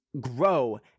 grow